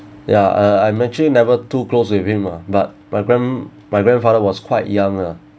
ya uh I'm actually never too close with him lah but by grand my grandfather was quite young ah